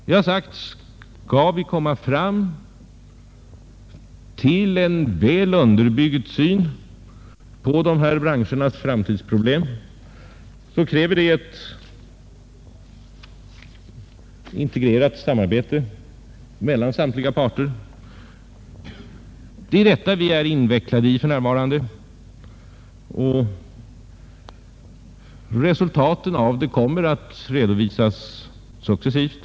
Jag har sagt att skall vi komma fram till en väl underbyggd syn på dessa branschers framtidsproblem, krävs ett integrerat samarbete mellan samtliga parter. Detta är vi invecklade i för närvarande. Resultaten av detta arbete kommer att redovisas successivt.